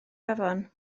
afon